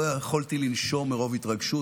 לא יכולתי לנשום מרוב התרגשות.